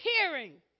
hearing